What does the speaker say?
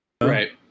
Right